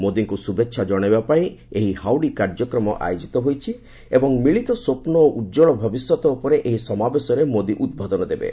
ମୋଦିଙ୍କୁ ଶୁଭେଚ୍ଛା ଜଣାଇବା ପାଇଁ ଏହି ହାଉଡି କାର୍ଯ୍ୟକ୍ରମ ଆୟୋଜିତ ହୋଇଛି ଏବଂ ମିଳିତ ସ୍ୱପ୍ନ ଓ ଉଜ୍ୱଳ ଭବିଷ୍ୟତ ଉପରେ ଏହି ସମାବେଶରେ ମୋଦି ଉଦ୍ବୋଧନ ଦେବେ